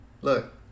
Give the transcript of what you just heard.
Look